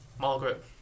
Margaret